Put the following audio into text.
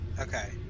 Okay